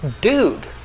dude